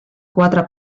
quatre